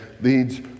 leads